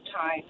time